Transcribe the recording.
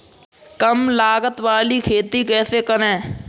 कम लागत वाली खेती कैसे करें?